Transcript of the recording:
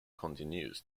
continues